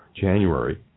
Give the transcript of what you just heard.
January